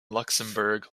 luxembourg